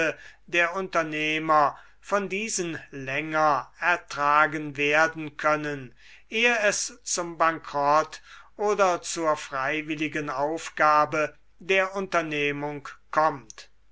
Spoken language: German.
der unternehmer von diesen länger ertragen werden können ehe es zum bankrott oder zur freiwilligen aufgabe der unternehmung kommt